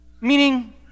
Meaning